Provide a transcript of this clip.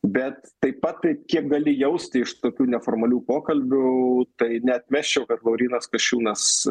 bet taip pat kiek gali jausti iš tokių neformalių pokalbių tai neatmesčiau kad laurynas kasčiūnas